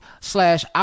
slash